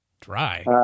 Dry